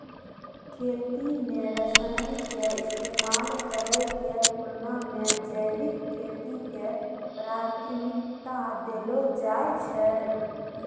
खेती मे रसायन के इस्तेमाल करै के तुलना मे जैविक खेती के प्राथमिकता देलो जाय छै